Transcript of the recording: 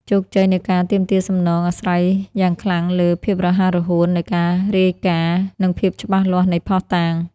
ជោគជ័យនៃការទាមទារសំណង អាស្រ័យយ៉ាងខ្លាំងលើ ភាពរហ័សរហួន នៃការរាយការណ៍ និងភាពច្បាស់លាស់នៃភស្តុតាង។